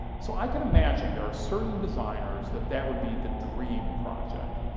so i can imagine there are certain designers that that would be the dream project,